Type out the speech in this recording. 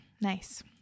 nice